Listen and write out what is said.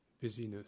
busyness